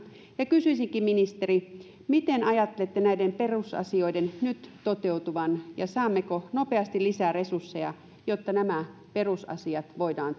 ja kysyisinkin ministeri miten ajattelette näiden perusasioiden nyt toteutuvan ja saammeko nopeasti lisää resursseja jotta nämä perusasiat voidaan